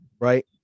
Right